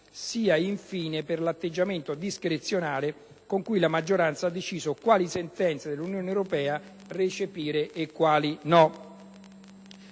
sia, infine, per l'atteggiamento discrezionale con cui la maggioranza ha deciso quali sentenze dell'Unione europea recepire e quali no.